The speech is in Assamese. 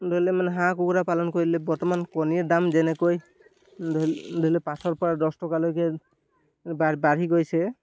ধৰিলে মানে হাঁহ কুকুৰা পালন কৰিলে বৰ্তমান কণীৰ দাম যেনেকৈ ধৰি লওক পাঁচৰপৰা দহ টকালৈকে বাঢ়ি গৈছে